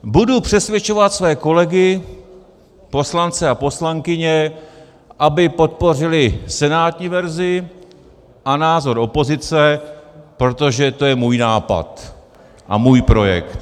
Budu přesvědčovat své kolegy, poslance a poslankyně, aby podpořili senátní verzi a názor opozice, protože to je můj nápad a můj projekt.